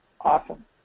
awesome